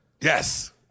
Yes